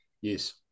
Yes